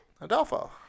Adolfo